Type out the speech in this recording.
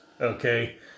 Okay